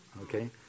Okay